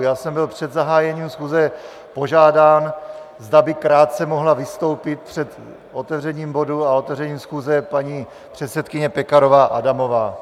Já jsem byl před zahájením schůze požádán, zda by krátce mohla vystoupit před otevřením bodu a otevřením schůze paní předsedkyně Pekarová Adamová.